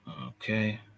Okay